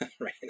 right